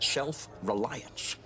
self-reliance